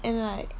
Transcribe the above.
in like